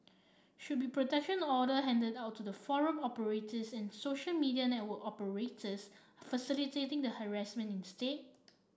should be protection order handed out to the forum operators and social media network operators facilitating the harassment instead